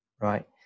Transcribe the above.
right